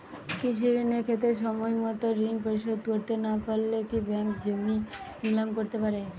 কৃষিঋণের ক্ষেত্রে সময়মত ঋণ পরিশোধ করতে না পারলে কি ব্যাঙ্ক জমি নিলাম করতে পারে?